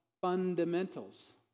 fundamentals